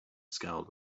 scowled